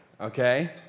okay